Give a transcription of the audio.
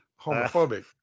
homophobic